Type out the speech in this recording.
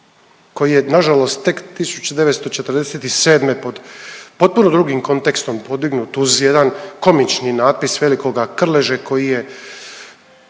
koji je nažalost tek 1947. pod potpuno drugim kontekstom podignut uz jedan komični natpis velikoga Krleže koji je